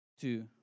Two